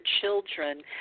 children